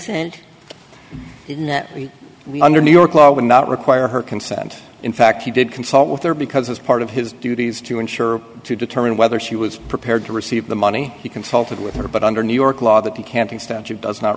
we under new york law would not require her consent in fact he did consult with her because it's part of his duties to ensure to determine whether she was prepared to receive the money he consulted with her but under new york law th